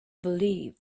believed